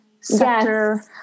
sector